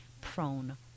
prone